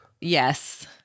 Yes